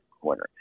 quarter